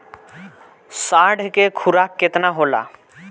साढ़ के खुराक केतना होला?